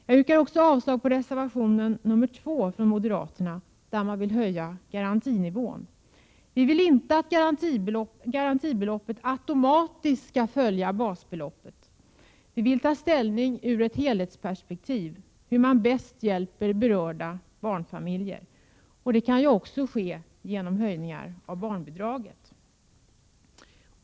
Jag yrkar också avslag på den moderata reservationen 2, där man vill höja garantinivån. Vi vill inte att garantibeloppet automatiskt skall följa basbeloppet. Vi vill ta ställning ur ett helhetsperspektiv till hur man bäst hjälper berörda barnfamiljer. Det kan ju också ske genom höjningar av barnbidraget.